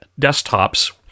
desktops